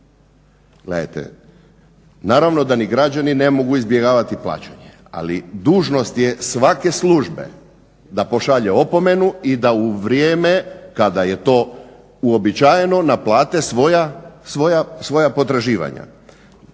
Gledajte, naravno da ni građani ne mogu izbjegavati plaćanje ali dužnost je svake službe da pošalje opomenu i da u vrijeme kada je to uobičajeno naplate svoja potraživanja.